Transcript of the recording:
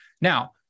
Now